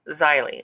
xylene